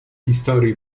historii